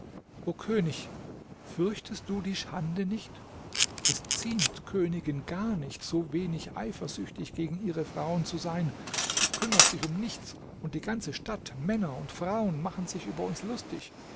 o könig fürchtest du die schande nicht es ziemt königen gar nicht so wenig eifersüchtig gegen ihre frauen zu sein du kümmerst dich um nichts und die ganze stadt männer und frauen machen sich über uns lustig